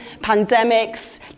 pandemics